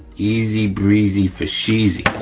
easy, breezy, fo sheezy.